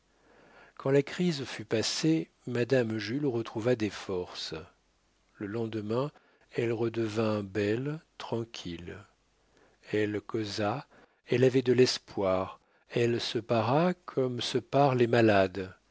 quand la crise fut passée madame jules retrouva des forces le lendemain elle redevint belle tranquille elle causa elle avait de l'espoir elle se para comme se parent les malades